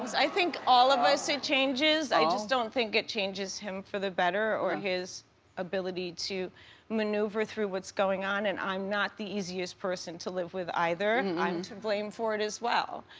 i think all of us it changes. i just don't think it changes him for the better, or his ability to maneuver through what's going on and i'm not the easiest person to live with either. and i'm to blame for it as well.